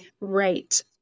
right